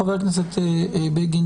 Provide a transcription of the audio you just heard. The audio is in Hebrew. חבר הכנסת בגין,